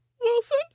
Wilson